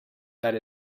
that